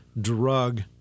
drug